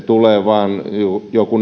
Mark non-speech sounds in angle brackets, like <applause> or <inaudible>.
<unintelligible> tulee vain joku <unintelligible>